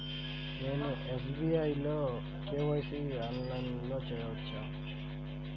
నేను ఎస్.బీ.ఐ లో కే.వై.సి ఆన్లైన్లో చేయవచ్చా?